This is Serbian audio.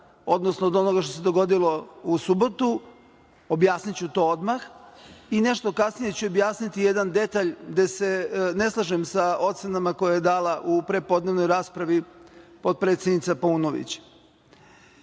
odnosno od onoga što se dogodilo u subotu. Objasniću to odmah i nešto kasnije ću objasniti jedan detalj gde se ne slažem sa ocenama koje je dala u prepodnevnoj raspravi potpredsednica Paunović. Dakle,